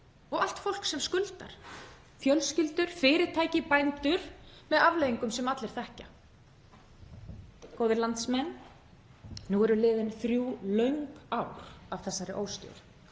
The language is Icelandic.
á allt fólk sem skuldar, fjölskyldur, fyrirtæki, bændur, með afleiðingum sem allir þekkja? Góðir landsmenn. Nú eru liðin þrjú löng ár af þessari óstjórn